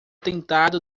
tentado